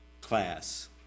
class